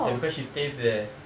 ya because she stays there